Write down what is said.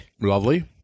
lovely